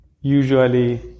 usually